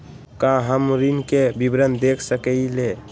का हम ऋण के विवरण देख सकइले?